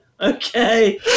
okay